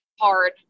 hard